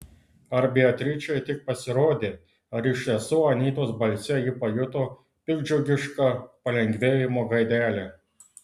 ar beatričei tik pasirodė ar iš tiesų anytos balse ji pajuto piktdžiugišką palengvėjimo gaidelę